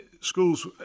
schools